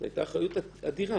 זאת הייתה אחריות אדירה.